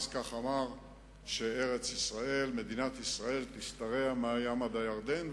כך הוא אמר אז, שמדינת ישראל תשתרע מהים עד הירדן.